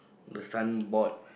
the signboard